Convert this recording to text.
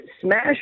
smash